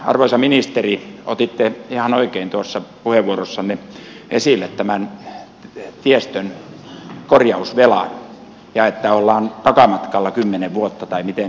arvoisa ministeri otitte ihan oikein puheenvuorossanne esille tämän tiestön korjausvelan ja sen että ollaan takamatkalla kymmenen vuotta tai miten sanoitte sen